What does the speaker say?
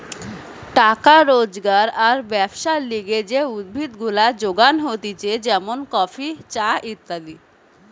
টাকা রোজগার আর ব্যবসার লিগে যে উদ্ভিদ গুলা যোগান হতিছে যেমন কফি, চা ইত্যাদি